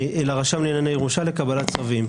אל הרשם לענייני ירושה, לקבלת צווים.